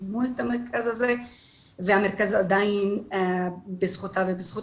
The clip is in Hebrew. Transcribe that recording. קידמו את המרכז הזה והמרכז עדיין בזכותה ובזכות